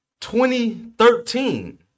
2013